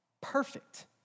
perfect